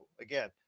again